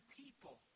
people